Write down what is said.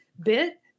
bit